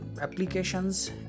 applications